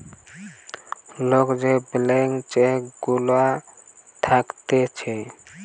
লোকের যে blank cheque গুলা থাকছে